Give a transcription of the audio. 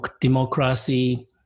democracy